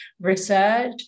research